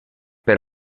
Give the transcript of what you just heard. per